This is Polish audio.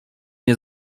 nie